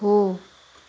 हो